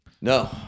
No